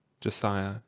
josiah